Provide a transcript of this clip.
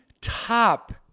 top